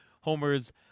homers